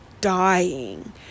dying